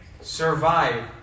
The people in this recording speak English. survive